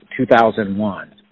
2001